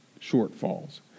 shortfalls